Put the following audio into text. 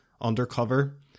undercover